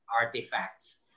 artifacts